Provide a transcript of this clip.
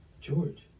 George